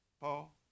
Paul